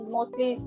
mostly